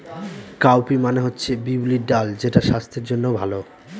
cowpea মানে হচ্ছে বিউলির ডাল যেটা স্বাস্থ্যের জন্য ভালো